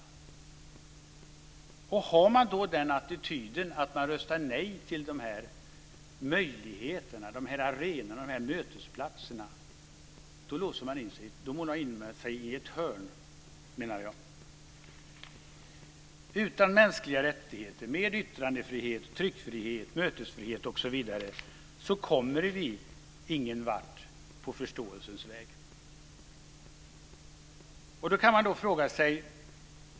Jag menar att om man har den attityden att man röstar nej till möjligheterna, arenorna och mötesplatserna målar man in sig i ett hörn. Utan mänskliga rättigheter, mer yttrandefrihet, tryckfrihet, mötesfrihet osv. kommer vi ingen vart på förståelsens väg.